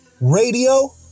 radio